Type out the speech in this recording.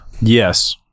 Yes